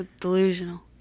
delusional